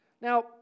Now